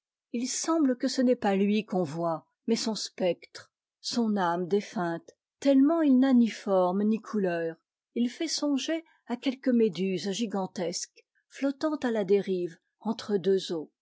il semble que ce n'est pas lui qu'on voit mais son spectre son âme défunte tellement il n'a ni forme ni couleur il fait songer à quelque méduse gigantesque flottant à la dérive entre deux eaux